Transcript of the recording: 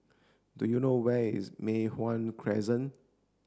do you know where is Mei Hwan Crescent